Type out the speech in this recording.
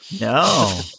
No